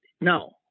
No